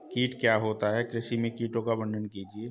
कीट क्या होता है कृषि में कीटों का वर्णन कीजिए?